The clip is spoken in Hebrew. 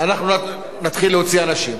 אנחנו נתחיל להוציא אנשים.